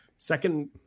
Second